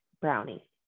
brownie